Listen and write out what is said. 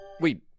Wait